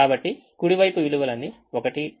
కాబట్టి కుడి వైపు విలువలు అన్నీ 1